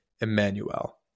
Emmanuel